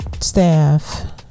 staff